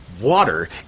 water